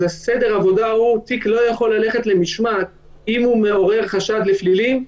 סדר העבודה הוא שתיק לא יכול ללכת למשמעת אם הוא מעורר חשד לפלילים.